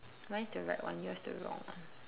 mine is the right one yours is the wrong one